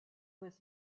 was